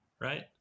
Right